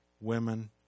women